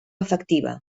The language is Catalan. efectiva